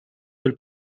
del